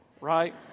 right